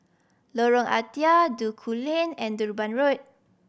Lorong Ah Thia Duku Lane and Durban Road